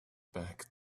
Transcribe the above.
back